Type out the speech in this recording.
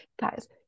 Guys